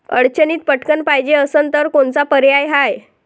अडचणीत पटकण पायजे असन तर कोनचा पर्याय हाय?